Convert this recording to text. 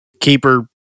keeper